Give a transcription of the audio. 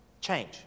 change